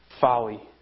folly